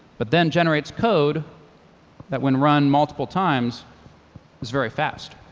but then generates code that when run multiple times is very fast.